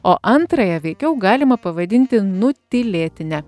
o antrąją veikiau galima pavadinti nutylėtine